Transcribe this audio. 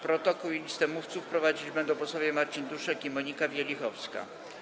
Protokół i listę mówców prowadzić będą posłowie Marcin Duszek i Monika Wielichowska.